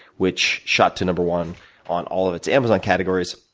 which shot to no. one on all of its amazon categories.